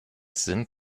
sind